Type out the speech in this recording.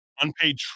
unpaid